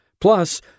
Plus